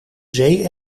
zee